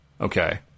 Okay